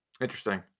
interesting